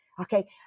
Okay